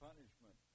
Punishment